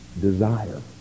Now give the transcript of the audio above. desire